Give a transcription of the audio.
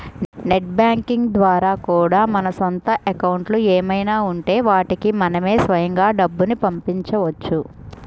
net banking ద్వారా కూడా మన సొంత అకౌంట్లు ఏమైనా ఉంటే వాటికి మనమే స్వయంగా డబ్బుని పంపవచ్చు